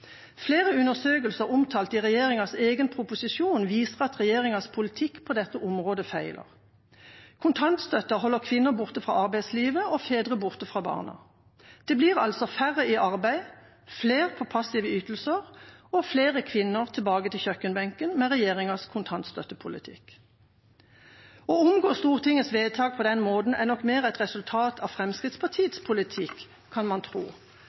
Flere undersøkelser omtalt i regjeringas egen proposisjon viser at regjeringas politikk på dette området feiler. Kontantstøtten holder kvinner borte fra arbeidslivet og fedre borte fra barna. Det blir altså færre i arbeid, flere på passive ytelser og flere kvinner tilbake til kjøkkenbenken med regjeringas kontantstøttepolitikk. Å omgå Stortingets vedtak på den måten er nok mer et resultat av Fremskrittspartiets politikk, kan man tro: